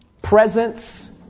Presence